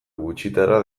gutxitara